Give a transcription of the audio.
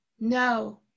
No